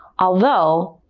although,